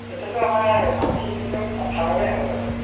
এতিয়াতো আমাৰ মাটিখিনিতো পথাৰৰে হয় বাৰু